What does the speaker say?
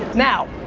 now,